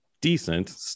decent